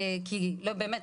לא באמת,